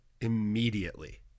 immediately